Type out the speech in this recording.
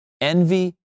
envy